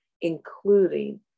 including